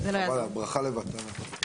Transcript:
ברכה לבטלה.